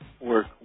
work